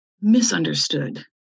misunderstood